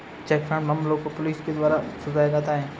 check fraud मामलों को police के द्वारा सुलझाया जाता है